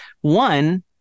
One